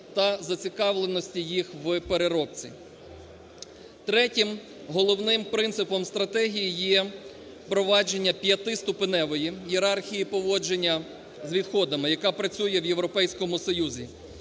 Третім головним принципом стратегії є провадження п'ятиступеневої ієрархії поводження з відходами, яка працює в Європейському Союзі.